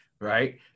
Right